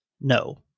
no